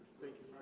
thank you